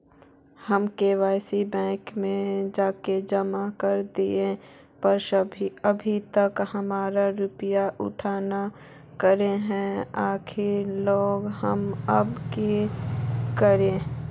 हम KYC bank में जाके जमा कर देलिए पर अभी तक हमर रुपया उठबे न करे है ओकरा ला हम अब की करिए?